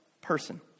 person